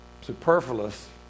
superfluous